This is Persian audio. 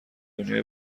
دنیای